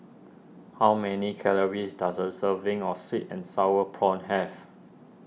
how many calories does a serving of Sweet and Sour Prawns have